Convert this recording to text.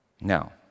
Now